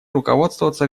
руководствоваться